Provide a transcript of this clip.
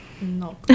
No